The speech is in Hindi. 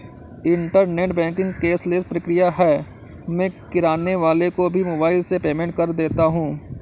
इन्टरनेट बैंकिंग कैशलेस प्रक्रिया है मैं किराने वाले को भी मोबाइल से पेमेंट कर देता हूँ